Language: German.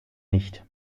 nicht